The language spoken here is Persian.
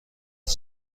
هیچ